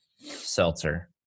seltzer